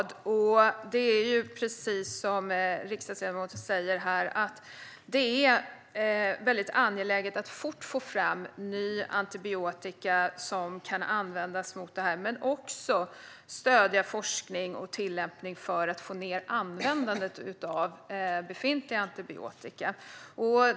Det är, precis som riksdagsledamoten säger, väldigt angeläget att fort få fram ny antibiotika som kan användas mot detta och att också stödja forskning och tillämpning för att få ned användandet av befintlig antibiotika.